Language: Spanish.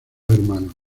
hermanos